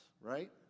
right